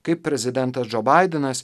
kaip prezidentas džo baidenas